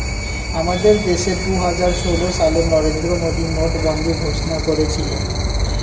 আমাদের দেশে দুহাজার ষোল সালে নরেন্দ্র মোদী নোটবন্দি ঘোষণা করেছিল